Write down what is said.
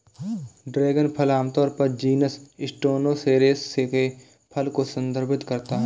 dragon फल आमतौर पर जीनस स्टेनोसेरेस के फल को संदर्भित करता है